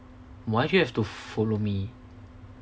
why does she has to follow me